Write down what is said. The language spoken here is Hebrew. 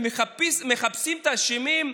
מחפשים את האשמים,